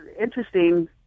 interesting